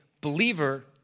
believer